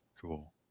Cool